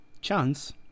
Chance